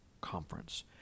conference